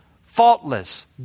faultless